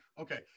okay